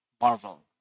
Marvel